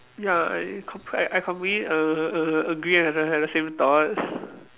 ya I complete~ I I completely a~ a~ agree and had had the same thoughts